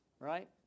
Right